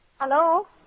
Hello